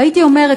והייתי אומרת,